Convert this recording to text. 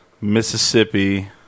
Mississippi